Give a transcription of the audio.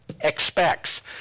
expects